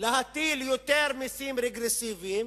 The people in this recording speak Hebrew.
היא להטיל יותר מסים רגרסיביים